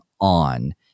on